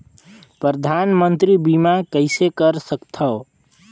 परधानमंतरी बीमा कइसे कर सकथव?